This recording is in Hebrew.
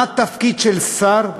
מה תפקיד של שר,